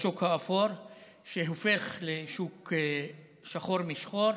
השוק האפור שהופך לשוק שחור משחור.